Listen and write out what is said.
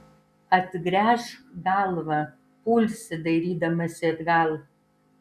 atgręžk galvą pulsi dairydamasi atgal